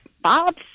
Bob